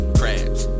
crabs